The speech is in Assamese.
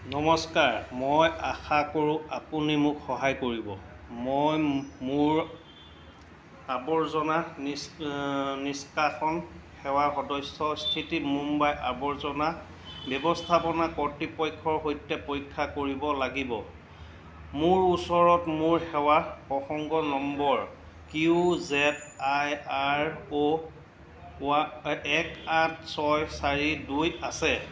নমস্কাৰ মই আশা কৰোঁ আপুনি মোক সহায় কৰিব মই মোৰ আৱৰ্জনা নিষ্কাশন সেৱাৰ সদস্য স্থিতি মুম্বাই আৱৰ্জনা ব্যৱস্থাপনা কৰ্তৃপক্ষৰ সৈতে পৰীক্ষা কৰিব লাগিব মোৰ ওচৰত মোৰ সেৱাৰ প্ৰসংগ number Q Z I R O পোৱা এক আঠ ছয় চাৰি দুই আছে